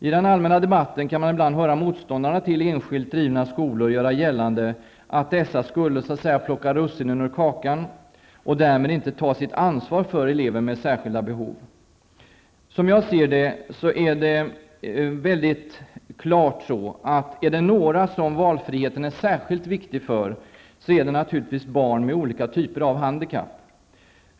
I den allmänna debatten kan man ibland höra motståndarna till enskilt drivna skolor göra gällande att dessa skulle ''plocka russinen ur kakan'' och därmed inte ta sitt ansvar för elever med särskilda behov. Som jag ser det är det mycket klart att om det är några som valfriheten är särskilt viktig för, så är det barn med olika typer av handikapp.